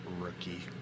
rookie